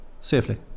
safely